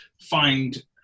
find